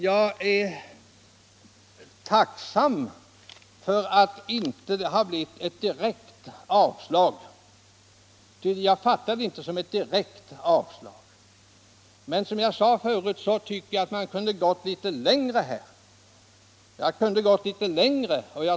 Jag är emellertid tacksam för att det inte har blivit ett direkt avslag. Jag fattar nämligen inte beslutet som ett direkt avslag. Men som jag förut sade tycker jag att man kunde ha gått litet längre.